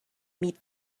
meet